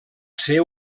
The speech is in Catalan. ser